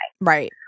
right